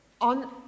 on